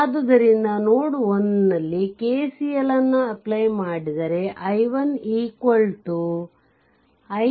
ಆದ್ದರಿಂದ ನೋಡ್ 1 ನಲ್ಲಿ KCL apply ಮಾಡಿದರೆ i1 i3 ix ಆಗಿರುತ್ತದೆ